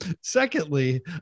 Secondly